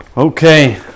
Okay